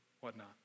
whatnot